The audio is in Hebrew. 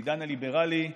בעידן הליברלי,